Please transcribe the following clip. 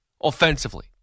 Offensively